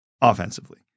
offensively